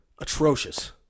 Atrocious